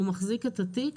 הוא מחזיק את התיק,